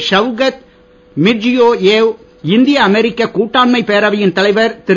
Shavkat Mirziyoyev Indo அமெரிக்க கூட்டாண்மைப் பேரவையின் தலைவர் திரு